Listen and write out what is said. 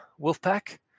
wolfpack